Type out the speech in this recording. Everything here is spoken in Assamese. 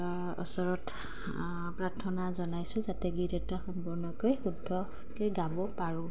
ওচৰত প্ৰাৰ্থনা জনাইছোঁ যাতে গীত এটা সম্পূৰ্ণকৈ শুদ্ধকৈ গাব পাৰোঁ